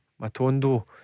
Matondo